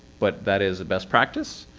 but that is a best practice.